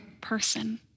person